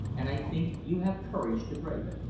and i think you have courage to brave it.